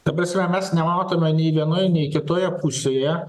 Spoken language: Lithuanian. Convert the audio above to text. ta prasme mes nematome nei vienoj nei kitoje pusėje